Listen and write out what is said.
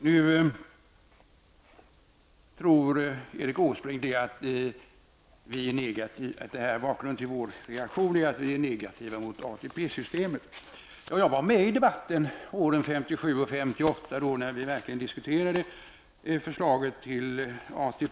Nu tror Erik Åsbrink att bakgrunden till vår reaktion är att vi är negativa mot ATP-systemet. Jag deltog i debatten åren 1957--1958 när vi diskuterade förslaget om ATP.